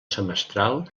semestral